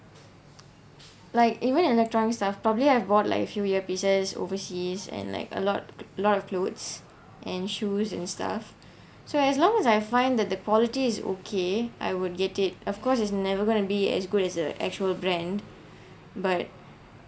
like even electronics stuff probably I've bought like a few year places overseas and like a lot lot of clothes and shoes and stuff so as long as I find that the quality is okay I would get it of course it's never going to be as good as the actual brand but